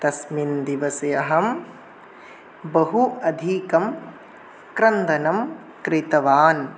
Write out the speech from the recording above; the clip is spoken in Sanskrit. तस्मिन् दिवसे अहं बहु अधिकं क्रन्दनं कृतवान्